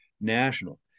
national